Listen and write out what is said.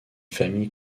famille